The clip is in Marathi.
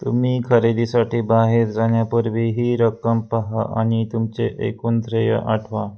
तुम्ही खरेदीसाठी बाहेर जाण्यापूर्वी ही रक्कम पहा आणि तुमचे एकूण ध्येय आठवा